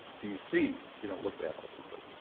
d c. you don't look that old, but.